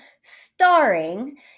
starring